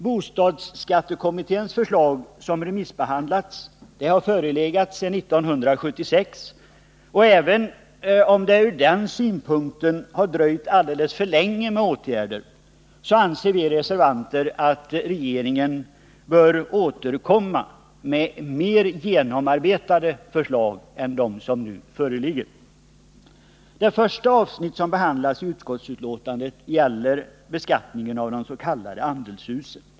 Bostadsskattekommitténs förslag, som har remissbehandlats, har förelegat sedan 1976, och även om det ur den synpunkten har dröjt alldeles för länge med åtgärder anser vi reservanter att regeringen bör återkomma med mer genomarbetade förslag än de som föreligger. Det första avsnittet som behandlas i utskottsbetänkandet gäller beskattningen av s.k. andelshus.